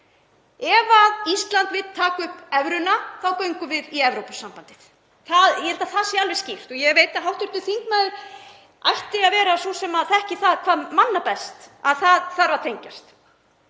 Ef Ísland vill taka upp evruna þá göngum við í Evrópusambandið. Ég held að það sé alveg skýrt og ég veit að hv. þingmaður ætti að vera sú sem þekkir það manna best að það þarf að tengjast.